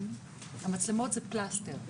המצלמות זה פלסטר.